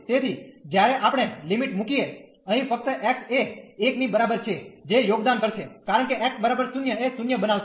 તેથીજ્યારે આપણે લિમિટ મુકીએ અહી ફક્ત x એ 1 ની બરાબર છે જે યોગદાન કરશે કારણ કે x0 એ 0 બનાવશે